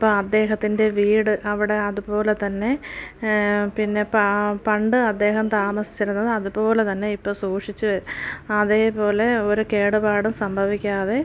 അപ്പോൾ അദ്ദേഹത്തിൻ്റെ വീട് അവിടെ അതുപോലെ തന്നെ പിന്നെ പ പണ്ട് അദ്ദേഹം താമസിച്ചിരുന്നത് അതുപോലെ തന്നെ ഇപ്പോൾ സൂക്ഷിച്ച് അതുപോലെ ഒരു കേടുപാട് സംഭവിക്കാതെ